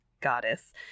goddess